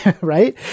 right